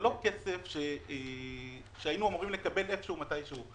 זה לא כסף שהיינו אמורים לקבל איכשהו ומתישהו.